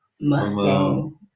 Mustang